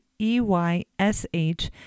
EYSH